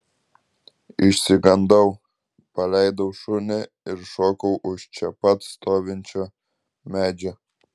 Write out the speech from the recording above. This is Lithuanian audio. išsigandau paleidau šunį ir šokau už čia pat stovinčio medžio